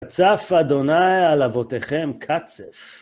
צף אדוניי על אבותיכם קצף.